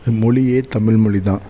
மொழியே தமிழ் மொழி தான்